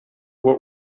what